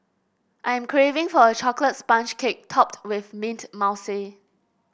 I am craving for a chocolate sponge cake topped with mint mousse